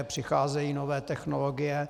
Přicházejí nové technologie.